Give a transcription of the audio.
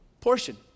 portion